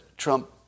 Trump